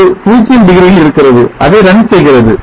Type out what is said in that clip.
அது 0 டிகிரியில் இருக்கிறது அதை run செய்கிறது